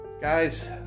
guys